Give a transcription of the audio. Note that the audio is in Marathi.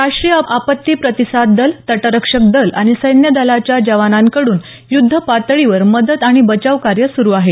राष्ट्रीय आपत्ती प्रतिसाद दल तटरक्षक दल आणि सैन्यदलाच्या जवानांकडून युद्धपातळीवर मदत आणि बचाव कार्य सुरु आहे